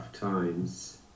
times